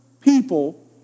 people